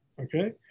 okay